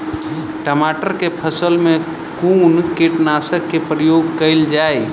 टमाटर केँ फसल मे कुन कीटनासक केँ प्रयोग कैल जाय?